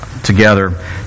together